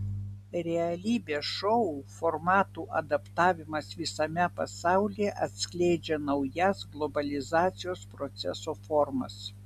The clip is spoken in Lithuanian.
realybės šou formatų adaptavimas visame pasaulyje atskleidžia naujas globalizacijos proceso formas